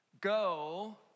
go